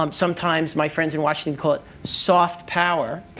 um sometimes my friends in washington call it soft power.